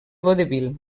vodevil